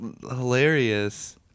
hilarious